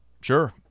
sure